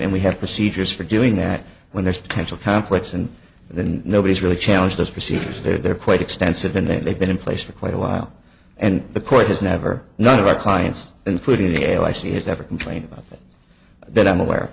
and we have procedures for doing that when there's potential conflicts and then nobody's really challenge those procedures they're quite extensive and they've been in place for quite a while and the court has never none of our clients including a i c has ever complained that i'm aware